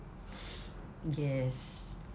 yes